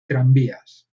tranvías